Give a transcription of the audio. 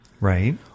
Right